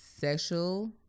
sexual